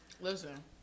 Listen